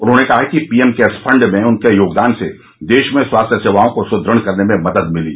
उन्होंने कहा कि पीएम केयर्स फंड में उनके योगदान से देश में स्वास्थ्य सेवाओं को सुदृढ़ करने में मदद मिली